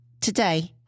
Today